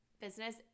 Business